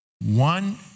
one